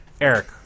Eric